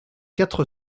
quatre